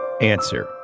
Answer